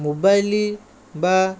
mobile ବା